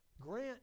Grant